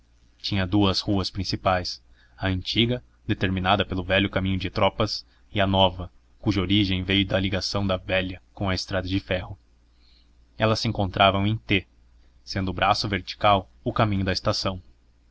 tinha duas ruas principais a antiga determinada pelo velho caminho de tropas e a nova cuja origem veio da ligação da velha com a estrada de ferro elas se encontravam em t sendo o braço vertical o caminho da estação